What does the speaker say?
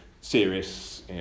serious